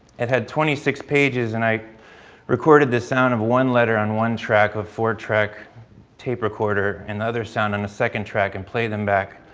it had twenty six pages and i recorded the sound of one letter on one track of four-track tape recorder and other sound on the second track and played them back